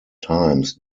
times